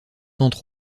entre